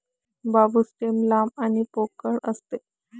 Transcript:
बांबू stem लांब आणि पोकळ असते